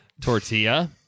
Tortilla